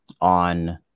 on